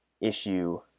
issue